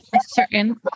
certain